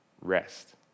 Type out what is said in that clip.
Rest